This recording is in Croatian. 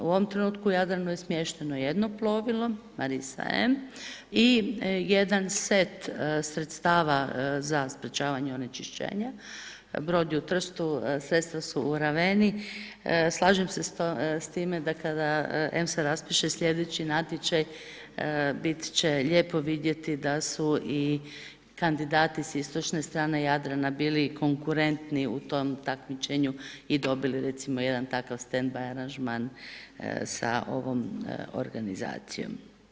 U ovom trenutku u Jadranu je smješteno jedno plovilo Marisa …, i jedan set za sprječavanje onečišćenja, brod je u Trsu sredstva su u Raveni, slažem se s time da kada EMS-a raspiše sljedeći natječaj bit će lijepo vidjeti da su i kandidati s istočne strane Jadrana bili konkurentni u tom takmičenju i dobili recimo jedan takav stand by aranžman sa ovom organizacijom.